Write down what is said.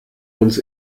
uns